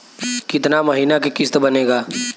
कितना महीना के किस्त बनेगा?